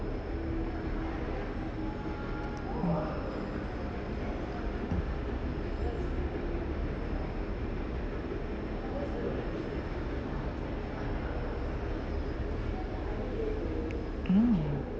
mm mm